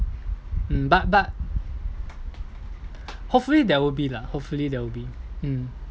mm but but hopefully there will be lah hopefully there will be mm